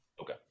Okay